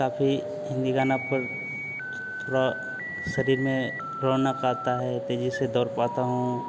काफी हिन्दी गाना पर थोड़ा शरीर में रौनक आता है तेजी से दौड़ पाता हूँ